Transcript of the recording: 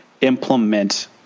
implement